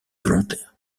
volontaires